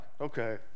okay